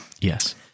Yes